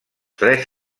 tres